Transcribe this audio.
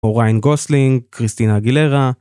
או ריין גוסלינג, קריסטינה אגילרה.